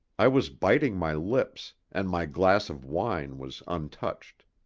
i was biting my lips, and my glass of wine was untouched.